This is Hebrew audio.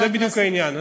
זה בדיוק העניין.